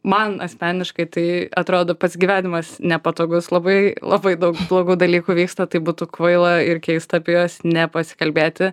man asmeniškai tai atrodo pats gyvenimas nepatogus labai labai daug blogų dalykų vyksta tai būtų kvaila ir keista apie juos nepasikalbėti